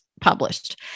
published